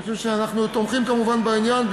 אני חושב שאנחנו תומכים כמובן בעניין,